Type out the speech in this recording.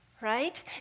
right